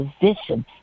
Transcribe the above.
position